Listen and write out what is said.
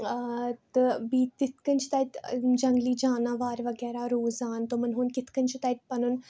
تہٕ بہٕ تِتھ کٔنۍ چھِ تَتہِ جَنگلی جاناوار وَغیرہ روزان تِمَن ہُنٛد کِتھ کٔنۍ چھ تتہِ پَنُن